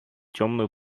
темную